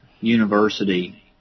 university